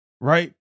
right